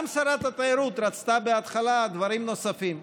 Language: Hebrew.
גם שרת התיירות רצתה בהתחלה דברים נוספים.